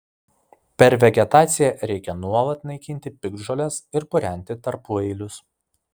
per vegetaciją reikia nuolat naikinti piktžoles ir purenti tarpueilius